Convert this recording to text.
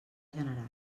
general